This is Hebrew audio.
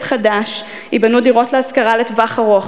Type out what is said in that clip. חדש ייבנו דירות להשכרה לטווח ארוך,